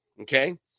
okay